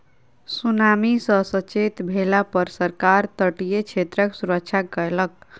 tsunami सॅ सचेत भेला पर सरकार तटीय क्षेत्रक सुरक्षा कयलक